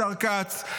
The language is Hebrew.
השר כץ,